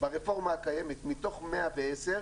ברפורמה הקיימת מתוך 110,